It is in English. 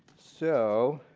so,